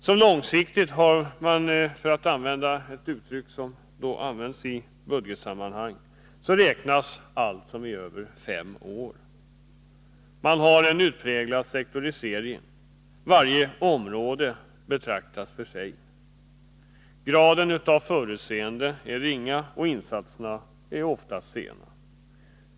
Som långsiktigt räknar man, för att använda ett mått som utnyttjas i budgetsammanhang, allt som gäller längre tid än fem år. Man har vidare en utpräglad sektorisering. Varje område betraktas för sig, graden av förutseende är ringa och insatserna är ofta felaktiga.